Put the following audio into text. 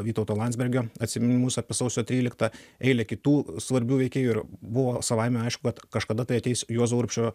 vytauto landsbergio atsiminimus apie sausio tryliktą eilę kitų svarbių veikėjų ir buvo savaime aišku kad kažkada ateis juozo urbšio